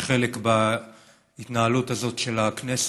יש חלק בהתנהלות הזאת של הכנסת,